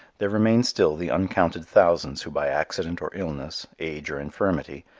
there remain still the uncounted thousands who by accident or illness, age or infirmity,